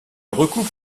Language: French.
recoupe